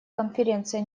конференция